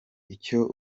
icyo